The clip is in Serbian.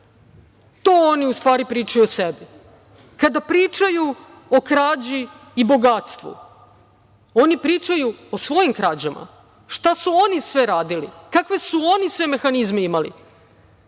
to oni u stvari pričaju o sebi. Kada pričaju o krađi i bogatstvu, oni pričaju o svojim krađama, šta su oni sve radili, kakve su oni sve mehanizme imali